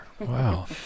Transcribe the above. Wow